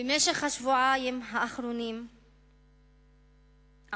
במשך השבועיים האחרונים עסקו